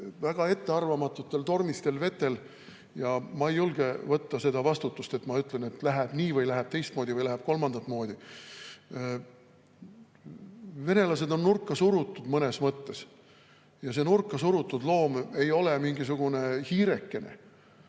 väga ettearvamatutel tormistel vetel. Ma ei julge võtta vastutust ja öelda, et läheb nii või läheb teistmoodi või läheb kolmandat moodi. Venelased on nurka surutud, mõnes mõttes, ja nurka surutud loom ei ole mingisugune hiireke,